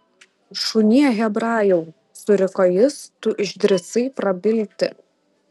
šunie hebrajau suriko jis tu išdrįsai prabilti